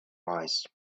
wise